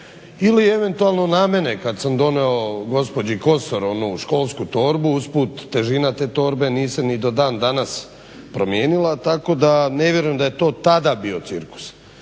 ili eventualno na mene kad sam donio gospođi Kosor onu školsku torbu, usput težina te torbe nije se ni do dan danas promijenila, tako da ne vjerujem da je to tada bio cirkus,